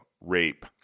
rape